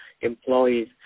employees